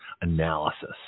analysis